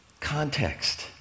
Context